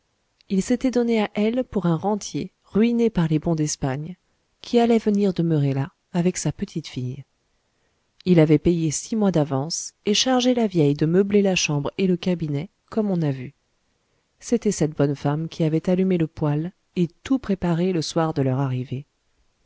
il s'était donné à elle pour un rentier ruiné par les bons d'espagne qui allait venir demeurer là avec sa petite-fille il avait payé six mois d'avance et chargé la vieille de meubler la chambre et le cabinet comme on a vu c'était cette bonne femme qui avait allumé le poêle et tout préparé le soir de leur arrivée